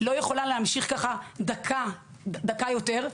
לא יכולה להמשיך ככה דקה יותר.